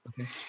okay